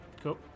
Cool